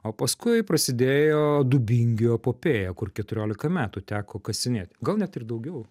o paskui prasidėjo dubingių epopėja kur keturiolika metų teko kasinėti gal net ir daugiau